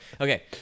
Okay